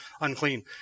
unclean